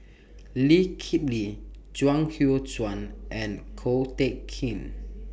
Lee Kip Lee Chuang Hui Tsuan and Ko Teck Kin